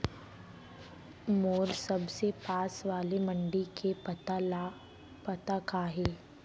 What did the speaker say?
मोर सबले पास वाले मण्डी के पता का हे?